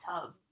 tub